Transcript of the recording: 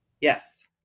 Yes